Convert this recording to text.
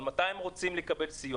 אז מתי הם רוצים לקבל סיוע?